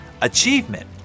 Achievement